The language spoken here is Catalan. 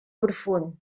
profund